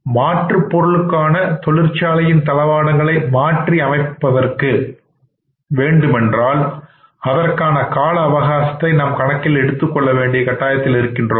மாற்று பொருளுக்கான தொழிற்சாலையின் தளவாடங்களை மாற்றி அமைக்க மாற்ற வேண்டும் வேண்டுமென்றால் அதற்காககூடிய கால அவகாசத்தை நாம் கணக்கில் எடுத்துக்கொள்ள வேண்டிய கட்டாயத்தில் இருக்கின்றோம்